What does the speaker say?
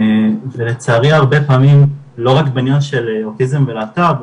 ולצערי הרבה פעמים לא רק בעניין של אוטיזם ולהט"ב,